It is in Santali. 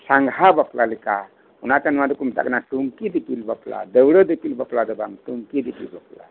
ᱥᱟᱸᱜᱷᱟ ᱵᱟᱯᱞᱟ ᱞᱮᱠᱟ ᱚᱱᱟ ᱛᱮ ᱱᱚᱶᱟ ᱫᱚᱠᱚ ᱢᱮᱛᱟᱜ ᱠᱟᱱᱟ ᱴᱩᱝᱠᱤ ᱫᱤᱯᱤᱞ ᱵᱟᱯᱟᱞ ᱫᱟᱹᱣᱲᱟᱹ ᱫᱤᱯᱤᱞ ᱵᱟᱯᱞᱟ ᱫᱚ ᱵᱟᱝ ᱴᱩᱝᱠᱤ ᱫᱤᱯᱤᱞ ᱵᱟᱯᱞᱟ